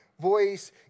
Voice